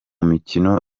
mikino